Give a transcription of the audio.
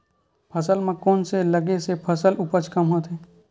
फसल म कोन से लगे से फसल उपज कम होथे?